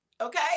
Okay